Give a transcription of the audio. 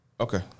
Okay